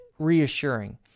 Reassuring